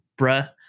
bruh